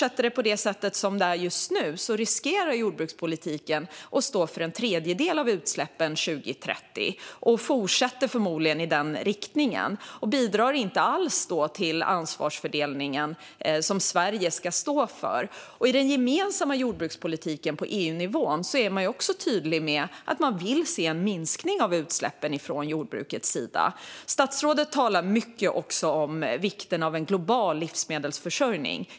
Om det fortsätter som det gör just nu riskerar jordbruket att stå för en tredjedel av utsläppen år 2030 och kommer förmodligen att fortsätta i den riktningen, och då bidrar det inte alls till den ansvarsfördelning som Sverige ska stå för. I den gemensamma jordbrukspolitiken på EU-nivå är man också tydlig med att man vill se en minskning av utsläppen från jordbruket. Statsrådet talar mycket om vikten av en global livsmedelsförsörjning.